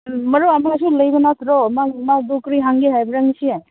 ꯃꯔꯨꯞ ꯑꯃꯁꯨ ꯂꯩꯕ ꯅꯠꯇ꯭ꯔꯣ ꯅꯪ ꯃꯗꯣ ꯀꯔꯤ ꯍꯪꯒꯦ ꯍꯥꯏꯕ꯭ꯔꯥ ꯉꯁꯤ